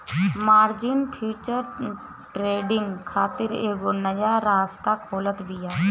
margin future trading खातिर एगो नया रास्ता खोलत बिया